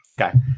Okay